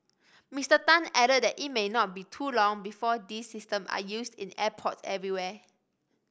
Mister Tan added that it may not be too long before these systems are used in airports everywhere